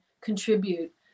contribute